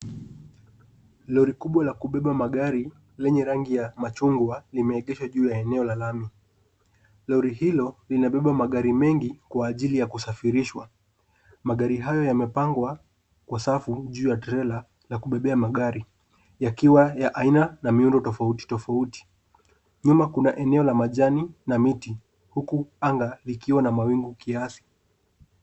Lori kubwa la kubeba magari lenye rangi ya machungwa, limeegeshwa juu ya eneo la lami. Lori hilo linabeba magari mengi kwa ajili ya kusafirishwa. Magari hayo yamepangwa kwa safu juu ya trela la kubebea magari, yakiwa ya aina na miundo tofauti tofauti. Nyuma kuna eneo la majani na miti huku anga likiwa na mawingu kiasi.